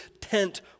tent